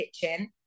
kitchen